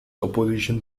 opposition